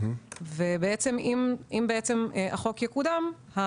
אם החוק יקודם,